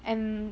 and